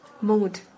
mood